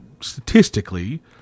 statistically